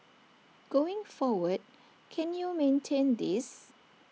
going forward can you maintain this